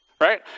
right